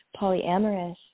polyamorous